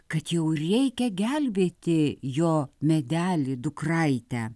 kad jau reikia gelbėti jo medelį dukraitę